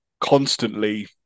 constantly